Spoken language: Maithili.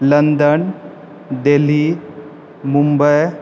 लन्दन देल्ही मुम्बई